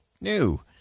new